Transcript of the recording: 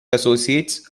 associates